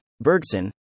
Bergson